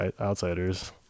outsiders